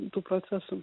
tų procesų